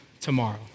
tomorrow